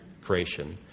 creation